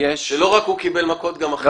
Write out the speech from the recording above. שלא רק הוא קיבל מכות, גם אחרים קיבלו מכות.